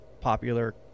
popular